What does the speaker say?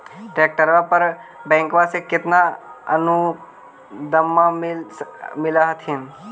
ट्रैक्टरबा पर बैंकबा से कितना अनुदन्मा मिल होत्थिन?